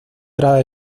tras